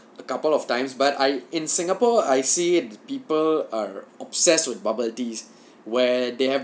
a couple of times but I in singapore I see it people are obsessed with bubble teas where they have